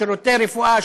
שירותי רפואה,